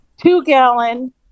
two-gallon